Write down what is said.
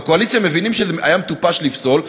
בקואליציה מבינים שזה היה מטופש לפסול,